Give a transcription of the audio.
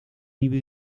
nieuwe